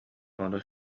ону